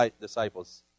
disciples